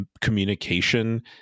communication